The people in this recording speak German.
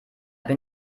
bin